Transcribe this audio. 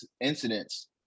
incidents